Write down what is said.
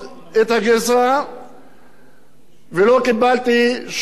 ולא קיבלתי שום מענה ולא ראיתי שום מענה.